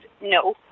no